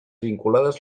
vinculades